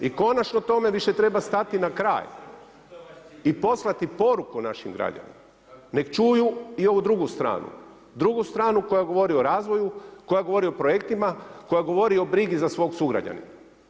I konačno tome više treba stati na kraj i poslati poruku našim građanima nek' čuju i ovu drugu stranu, drugu stranu koja govori o razvoju, koja govori o projektima, koja govori o brigi za svog sugrađanina.